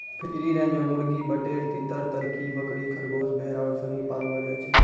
free range मे मुर्गी, बटेर, तीतर, तरकी, बकरी, खरगोस, भेड़ आरु सनी पाललो जाय छै